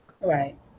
right